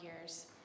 years